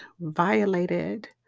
violated